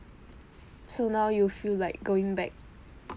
so now you feel like going back